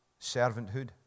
servanthood